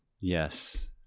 Yes